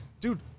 Dude